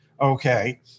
Okay